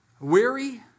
Weary